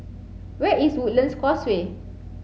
where is Woodlands Causeway